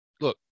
look